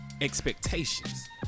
expectations